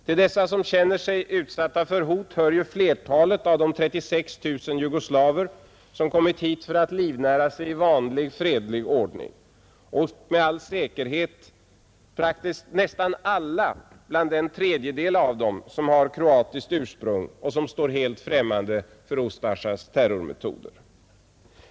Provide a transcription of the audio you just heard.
Till dessa som känner sig utsatta för hot hör ju flertalet av de 36 000 jugoslaver som kommit för att livnära sig i vanlig fredlig ordning och med all säkerhet nästan alla bland den tredjedel av dem som har kroatiskt ursprung och som står helt främmande för Ustasjas terrormetoder.